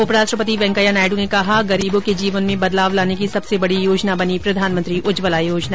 उपराष्ट्रपति वेंकैया नायडू ने कहा कि गरीबों के जीवन में बदलाव लाने की सबसे बड़ी योजना बनी प्रधानमंत्री उज्ज्वला योजना